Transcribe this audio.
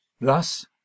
Thus